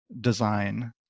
design